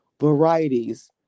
Varieties